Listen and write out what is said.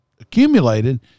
accumulated